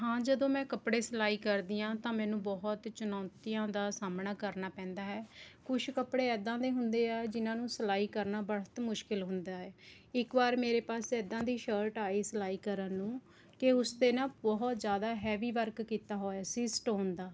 ਹਾਂ ਜਦੋਂ ਮੈਂ ਕੱਪੜੇ ਸਿਲਾਈ ਕਰਦੀ ਹਾਂ ਤਾਂ ਮੈਨੂੰ ਬਹੁਤ ਚੁਣੌਤੀਆਂ ਦਾ ਸਾਹਮਣਾ ਕਰਨਾ ਪੈਂਦਾ ਹੈ ਕੁਛ ਕੱਪੜੇ ਐਦਾਂ ਦੇ ਹੁੰਦੇ ਹੈ ਜਿਨ੍ਹਾਂ ਨੂੰ ਸਿਲਾਈ ਕਰਨਾ ਬਹੁਤ ਮੁਸ਼ਕਲ ਹੁੰਦਾ ਹੈ ਇੱਕ ਵਾਰ ਮੇਰੇ ਪਾਸ ਐਦਾਂ ਦੀ ਸ਼ਰਟ ਆਈ ਸਿਲਾਈ ਕਰਨ ਨੂੰ ਕਿ ਉਸ 'ਤੇ ਨਾ ਬਹੁਤ ਜ਼ਿਆਦਾ ਹੈਵੀ ਵਰਕ ਕੀਤਾ ਹੋਇਆ ਸੀ ਸਟੋਨ ਦਾ